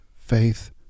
faith